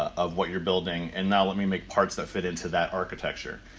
of what you're building, and now let me make parts that fit into that architecture.